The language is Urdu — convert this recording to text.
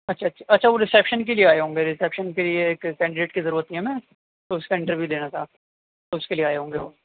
اچھا اچھا اچھا وہ رسیپشن کے لیے آئے ہوں گے رسیپشن کے لیے ایک کینڈیڈیٹ کی ضرورت تھی نا تو اس کا انٹرویو دینا تھا تو اس کے لیے آئے ہوں گے وہ